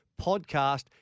podcast